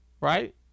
right